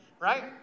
right